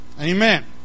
Amen